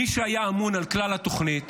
מי שהיה אמון על כלל התוכנית,